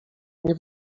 nie